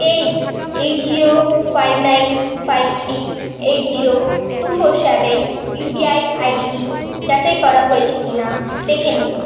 এই eight zero five nine five three eight zero two four seven UPI আইডিটি যাচাই করা হয়েছে কিনা দেখে নিন